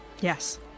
Yes